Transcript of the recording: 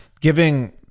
giving